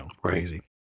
crazy